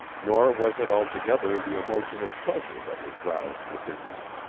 nor was it altogether the emotion of pleasure that was roused within me.